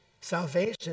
salvation